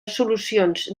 solucions